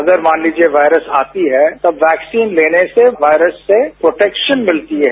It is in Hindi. अगर मान लीजिये वायरस आती है तो वैक्सीन लेने से वायरस से प्रोटैक्शन मिलती है